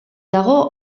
dago